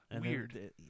Weird